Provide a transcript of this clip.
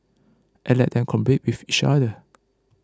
and let them compete with each other